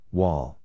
wall